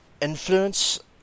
influence